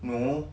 no